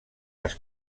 les